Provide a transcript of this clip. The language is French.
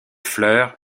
fleurs